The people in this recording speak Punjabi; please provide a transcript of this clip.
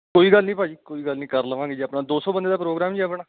ਕੋਈ ਗੱਲ ਨਹੀਂ ਭਾਅ ਜੀ ਕੋਈ ਗੱਲ ਨਹੀਂ ਕਰ ਲਵਾਂਗੇ ਜੀ ਆਪਣਾ ਦੋ ਸੌ ਬੰਦੇ ਦਾ ਪ੍ਰੋਗਰਾਮ ਜੀ ਆਪਣਾ